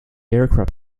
aircraft